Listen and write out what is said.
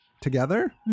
Together